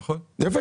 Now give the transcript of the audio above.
נכון?